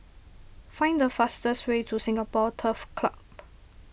find the fastest way to Singapore Turf Club